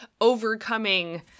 overcoming